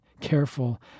careful